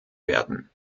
werden